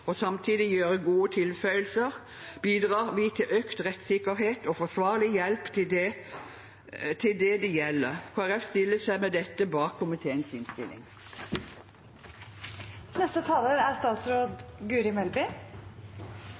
og samtidig gjøre gode tilføyelser bidrar vi til økt rettssikkerhet og forsvarlig hjelp til dem det gjelder. Kristelig Folkeparti stiller seg med dette bak komiteens innstilling. Dagens regulering av tolk er